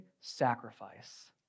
sacrifice